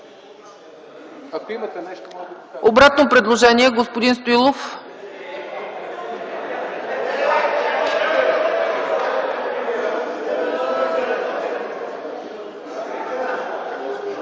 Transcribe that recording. Обратно предложение – господин Стоилов.